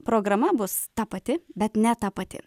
programa bus ta pati bet ne ta pati